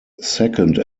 second